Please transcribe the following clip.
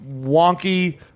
wonky